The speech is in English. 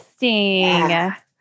Interesting